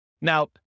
Now